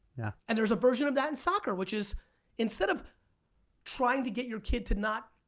yeah. and there's a version of that in soccer, which is instead of trying to get your kid to not,